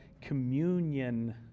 communion